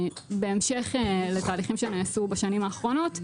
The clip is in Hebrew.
בהמשך לתהליכים שנעשו בשנים האחרונות,